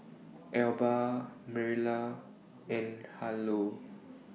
Elba Mariela and Harlow